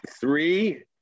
three